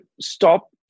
stop